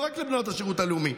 לא רק לבנות השירות הלאומי,